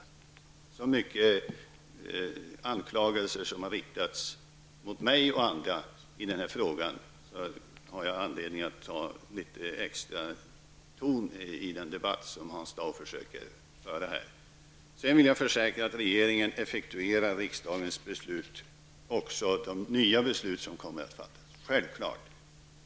Eftersom så många anklagelser har riktats mot mig och andra i denna fråga, har jag anledning att ta litet extra ton i den debatt som Hans Dau försöker föra. Jag försäkrar att regeringen självklart kommer att effektuera även de nya beslut som riksdagen kommer att fatta.